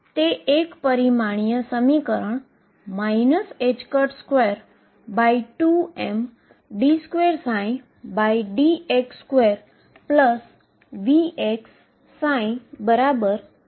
જો તે ઝડપથી વધે તો પછી વેવ ફંક્શન x થી ± પર જતા વેવ ફંક્શન 0 પર જશે નહી